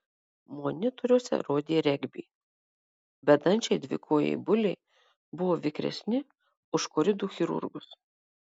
monitoriuose rodė regbį bedančiai dvikojai buliai buvo vikresni už koridų chirurgus